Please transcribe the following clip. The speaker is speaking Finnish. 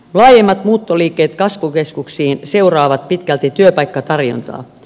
laajemmat muuttoliikkeet kasvukeskuksiin seuraavat pitkälti työpaikkatarjontaa